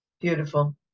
Beautiful